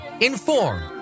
inform